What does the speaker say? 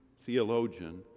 theologian